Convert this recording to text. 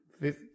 fifth